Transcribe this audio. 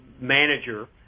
manager